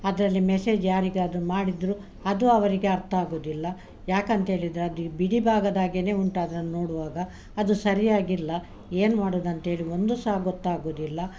ಅದರಲ್ಲಿ ಮೆಸೇಜ್ ಯಾರಿಗಾದರು ಮಾಡಿದರೂ ಅದು ಅವರಿಗೆ ಅರ್ಥ ಆಗುದಿಲ್ಲ ಯಾಕಂತೇಳಿದರೆ ಅದು ಬಿಡಿ ಭಾಗದಾಗೇನೇ ಉಂಟದನ್ನು ನೋಡುವಾಗ ಅದು ಸರಿಯಾಗಿಲ್ಲ ಏನು ಮಾಡೋದಂತೇಳಿ ಒಂದು ಸಹ ಗೊತ್ತಾಗುದಿಲ್ಲ